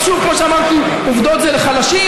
אבל שוב, כמו שאמרתי, עובדות זה לחלשים.